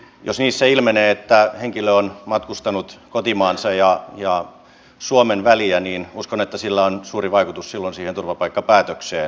jos niissä ilmenee että henkilö on matkustanut kotimaansa ja suomen väliä niin uskon että sillä on suuri vaikutus silloin siihen turvapaikkapäätökseen